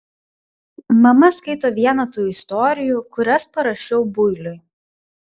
mama skaito vieną tų istorijų kurias parašiau builiui